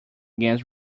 against